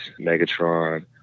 Megatron